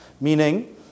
meaning